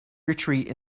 retreat